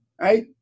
Right